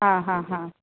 हां हां हां